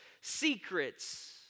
secrets